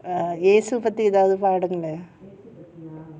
err இயேசு பத்தி பாடுங்களேன்:yesu pathi paadungalen